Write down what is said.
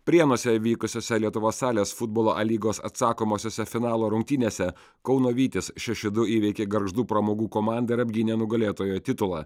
prienuose vykusiose lietuvos salės futbolo a lygos atsakomosiose finalo rungtynėse kauno vytis šeši du įveikė gargždų pramogų komandą ir apgynė nugalėtojo titulą